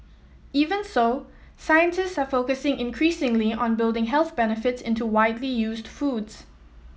even so scientist are focusing increasingly on building health benefits into widely used foods